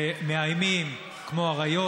ומאיימים כמו אריות,